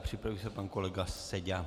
Připraví se pan kolega Seďa.